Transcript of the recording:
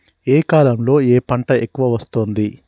ఏ కాలంలో ఏ పంట ఎక్కువ వస్తోంది?